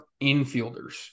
infielders